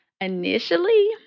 Initially